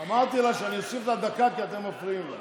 אמרתי לה שאני אוסיף לה דקה, כי אתם מפריעים לה.